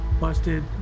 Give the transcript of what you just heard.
busted